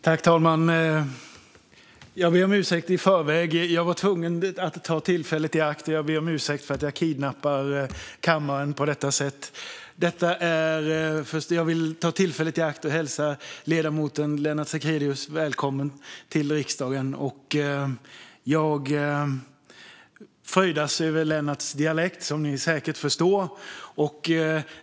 Fru talman! Jag ber om ursäkt i förväg. Jag var tvungen att ta tillfället i akt; jag ber om ursäkt för att jag kidnappar kammaren på detta sätt. Jag vill ta tillfället i akt att hälsa ledamoten Lennart Sacrédeus välkommen till riksdagen. Jag fröjdas över Lennarts dialekt, som ni säkert förstår.